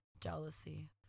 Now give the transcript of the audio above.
jealousy